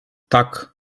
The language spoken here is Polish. tak